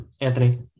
Anthony